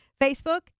Facebook